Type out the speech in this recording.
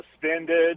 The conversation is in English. suspended